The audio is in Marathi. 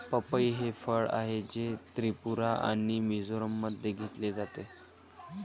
पपई हे फळ आहे, जे त्रिपुरा आणि मिझोराममध्ये घेतले जाते